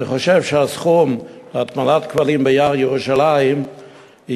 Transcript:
אני חושב שהסכום הנדרש להטמנת כבלים ביער ירושלים יהיה